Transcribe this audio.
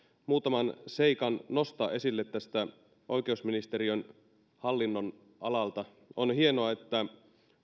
muutaman seikan nostaa esille oikeusministeriön hallinnonalalta on hienoa että